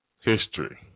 history